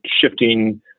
shifting